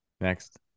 Next